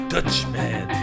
Dutchman